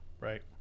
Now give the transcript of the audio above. Right